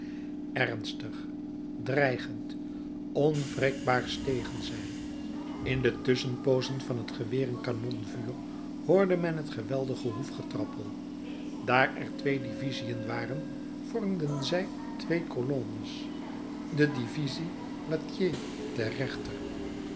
ernstig dreigend onwrikbaar stegen zij in de tusschenpoozen van het geweer en kanonvuur hoorde men het geweldig hoefgetrappel daar er twee divisiën waren vormden zij twee colonnes de divisie wathier ter rechter